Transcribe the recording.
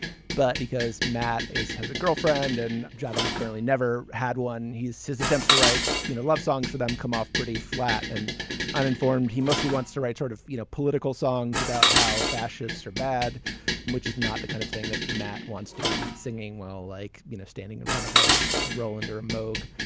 but because matt is has a girlfriend and javid has apparently never had one. he says attempts to write you know love songs for them come off pretty flat and uninformed. he mostly wants to write sort of you know political songs about how fascists are bad and which is not the kind of thing that matt wants to be singing well like you know standing in front of a roland or a mug.